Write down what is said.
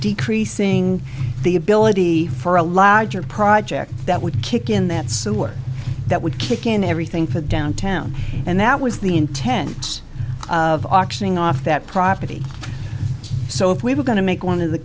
decreasing the ability for a larger project that would kick in that sewer that would kick in everything for downtown and that was the intent of auctioning off that property so if we were going to make one of